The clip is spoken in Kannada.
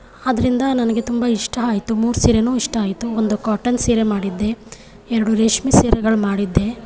ಅದರಿಂದ ನನಗೆ ತುಂಬ ಇಷ್ಟ ಆಯಿತು ಮೂರು ಸೀರೆಯೂ ಇಷ್ಟ ಆಯಿತು ಒಂದು ಕಾಟನ್ ಸೀರೆ ಮಾಡಿದ್ದೆ ಎರಡು ರೇಷ್ಮೆ ಸೀರೆಗಳು ಮಾಡಿದ್ದೆ